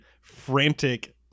frantic